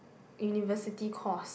university course